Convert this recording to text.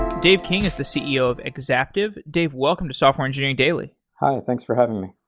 dave king is the ceo of exaptive. dave, welcome to software engineering daily hi, thanks for having me.